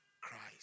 Christ